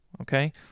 okay